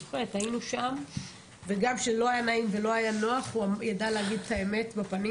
גם כשלא היה נעים ולא היה נוח הוא ידע להגיד את האמת בפנים